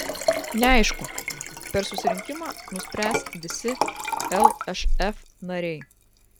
neaišku per susirinkimą nuspręs visi lšf nariai